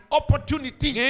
opportunity